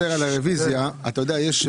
אני חוזר על